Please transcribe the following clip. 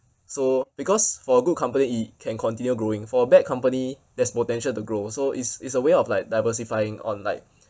so because for good company it can continue growing for bad company there's potential to grow so it's it's a way of like diversifying on like